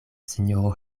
sinjoro